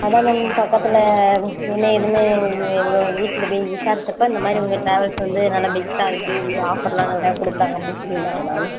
அதான் மேம் பக்கத்தில் என்ன ஏதுன்னு எங்கள் வீட்டில் விசாரிச்சப்போ இந்த மாதிரி உங்கள் ட்ராவல்ஸ் வந்து நல்ல பெஸ்ட்டாக இருக்கு ஆஃபர்லாம் நல்ல கொடுக்குறாங்க அப்படின் சொல்லியிருந்தாங்க மேம்